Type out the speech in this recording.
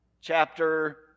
Chapter